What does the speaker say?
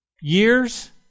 years